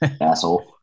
asshole